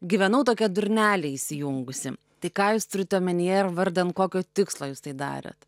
gyvenau tokia durnelę įsijungusi tai ką jūs turit omenyje ir vardan kokio tikslo jūs tai darėt